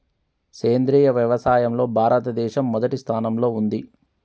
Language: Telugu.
సేంద్రియ వ్యవసాయంలో భారతదేశం మొదటి స్థానంలో ఉంది